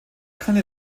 keine